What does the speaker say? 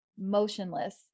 motionless